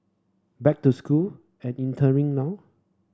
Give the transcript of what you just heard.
back to school and interning now